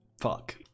Fuck